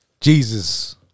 Jesus